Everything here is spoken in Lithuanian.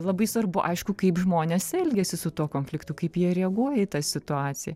labai svarbu aišku kaip žmonės elgiasi su tuo konfliktu kaip jie reaguoja į tą situaciją